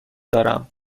دارم